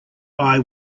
eye